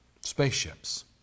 spaceships